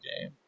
game